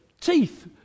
Teeth